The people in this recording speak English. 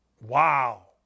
Wow